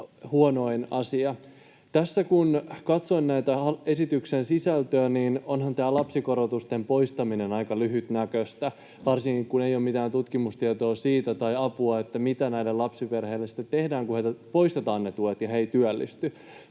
huonoin asia. Kun katsoin esityksen sisältöä, niin onhan tämä lapsikorotusten poistaminen aika lyhytnäköistä varsinkin, kun ei ole mitään tutkimustietoa tai apua siitä, mitä näille lapsiperheille sitten tehdään, kun heiltä poistetaan ne tuet ja he eivät työllisty.